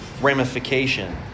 ramification